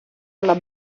alla